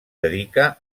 dedica